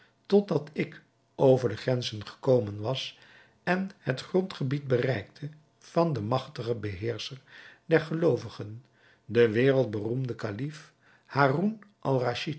dat ik over de grenzen gekomen was en het grondgebied bereikte van den magtigen beheerscher der geloovigen den wereldberoemden kalif